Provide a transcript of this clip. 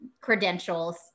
credentials